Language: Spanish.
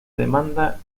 demanda